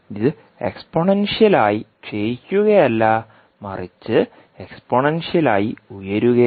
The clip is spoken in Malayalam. ഇത് എക്സ്പോണൻഷ്യൽ ആയി ക്ഷയിക്കുകയല്ല മറിച്ച് എക്സ്പോണൻഷ്യൽ ആയി ഉയരുകയാണ്